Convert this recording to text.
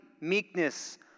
meekness